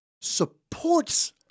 supports